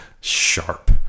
sharp